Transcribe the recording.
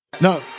No